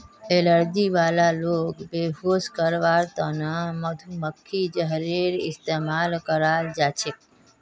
allergy वाला लोगक बेहोश करवार त न मधुमक्खीर जहरेर इस्तमाल कराल जा छेक